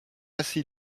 assez